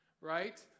right